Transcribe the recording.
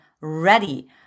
ready